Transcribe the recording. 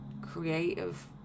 creative